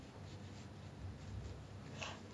நா வந்து இப்ப:naa vanthu ippa va~